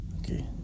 Okay